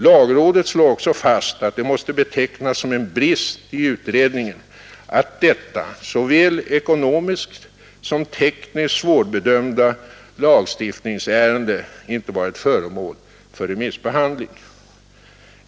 Lagrådet slår också fast att det måste betecknas som en brist i utredningen, att detta såväl ekonomiskt som tekniskt svårbedömda lagstiftningsärende inte varit föremål för remissbehandling.